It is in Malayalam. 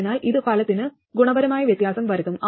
അതിനാൽ ഇത് ഫലത്തിന് ഗുണപരമായ വ്യത്യാസം വരുത്തും